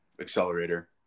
accelerator